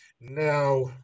Now